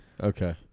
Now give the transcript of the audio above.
okay